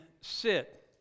sit